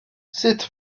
sut